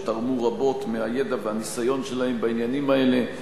שתרמו רבות מהידע והניסיון שלהם בעניינים האלה,